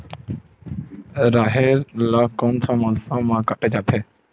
राहेर ल कोन से मौसम म काटे जाथे?